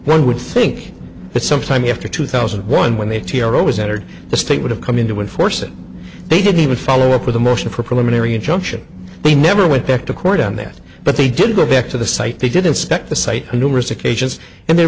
one would think that sometime after two thousand and one when they were always entered the state would have come in to enforce it they didn't even follow up with a motion for preliminary injunction they never went back to court on that but they did go back to the site they did inspect the site numerous occasions and they